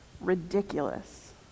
ridiculous